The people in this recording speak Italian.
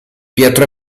pietro